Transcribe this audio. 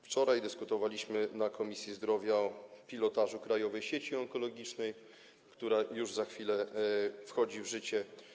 Wczoraj dyskutowaliśmy w Komisji Zdrowia o pilotażu Krajowej Sieci Onkologicznej, która już za chwilę wchodzi w życie.